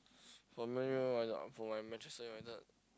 for Man-U uh for Manchester-United